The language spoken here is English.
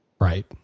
right